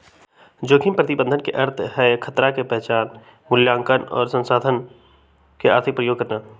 जोखिम प्रबंधन के अर्थ हई खतरा के पहिचान, मुलायंकन आ संसाधन के आर्थिक उपयोग करनाइ